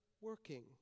working